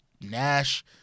Nash